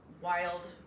wild